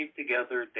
together